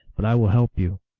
but i will help you.